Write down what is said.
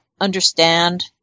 understand